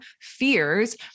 fears